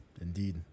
indeed